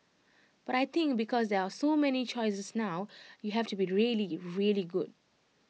but I think because there are so many choices now you have to be really really good